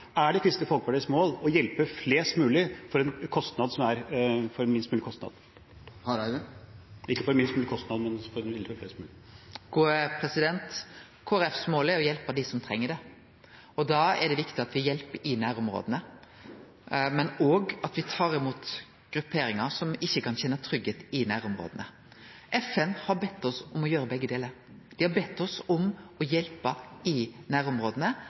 flest mulig? Kristeleg Folkepartis mål er å hjelpe dei som treng det. Da er det viktig at me hjelper i nærområda, men òg at me tar imot grupperingar som ikkje kan kjenne seg trygge i nærområda. FN har bedt oss om å gjere begge delar. Dei har bedt oss om å hjelpe i nærområda,